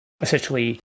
essentially